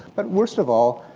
but, worst of all,